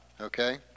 okay